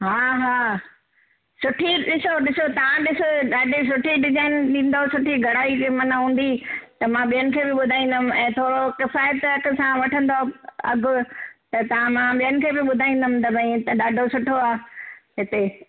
हा हा सुठी ॾिसो ॾिसो तव्हां ॾिसो ॾाढी सुठी डिझाइन ॾींदव सुठी घड़ाई जे माना हूंदी त मां ॿियनि खे बि ॿुधाईंदमि ऐं थोरो किफ़ायत हथ सां वठंदव अघु त तव्हां मां ॿियनि खे ॿुधाईंदमि त कमु त हिते ॾाढो सुठो आहे हिते